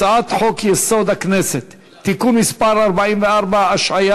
הצעת חוק-יסוד: הכנסת (תיקון מס' 44) (השעיה